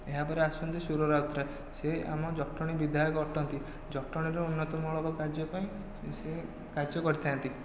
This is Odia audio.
ଏହା ପରେ ଆସୁଛନ୍ତି ସୁର ରାଉତରାୟ ସେ ଆମ ଜଟଣୀ ବିଧାୟକ ଅଟନ୍ତି ଜଟଣୀର ଉନ୍ନତିମୂଳକ କାର୍ଯ୍ୟ ପାଇଁ ସେ କାର୍ଯ୍ୟ କରିଥାନ୍ତି